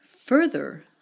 Further